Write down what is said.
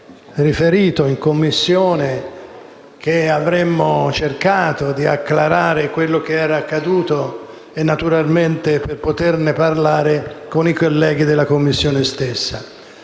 riferito in Commissione che avremmo cercato di acclarare quello che era accaduto, naturalmente anche per poterne parlare con i colleghi della Commissione stessa.